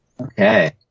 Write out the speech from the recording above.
Okay